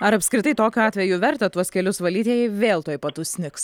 ar apskritai tokiu atveju verta tuos kelius valyti jei vėl tuoj pat užsnigs